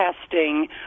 testing